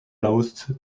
lausitz